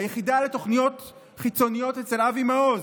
היחידה לתוכניות חיצוניות אצל אבי מעוז,